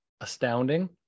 astounding